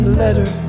letter